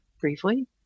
briefly